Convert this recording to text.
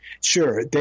Sure